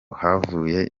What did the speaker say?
havuye